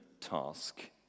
task